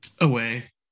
Away